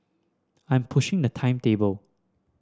I am pushing the timetable